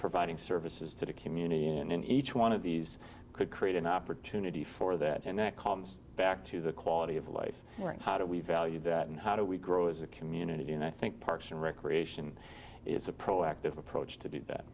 providing services to the community and in each one of these could create an opportunity for that and that calms back to the quality of life and how do we value that and how do we grow as a community and i think parks and recreation is a proactive approach to